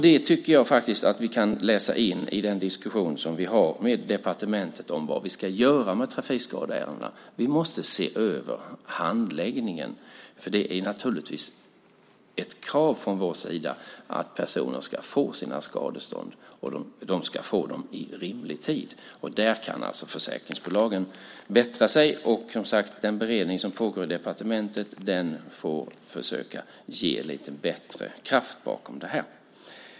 Det tycker jag att vi kan läsa in i den diskussion som vi har med departementet om vad vi ska göra med trafikskadeärendena. Vi måste se över handläggningen. Det är naturligtvis ett krav från vår sida att personer ska få sina skadestånd, och de ska få dem i rimlig tid. Där kan alltså försäkringsbolagen bättra sig. Och, som sagt, den beredning som pågår i departementet får försöka ge lite bättre kraft bakom det här.